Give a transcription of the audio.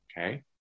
Okay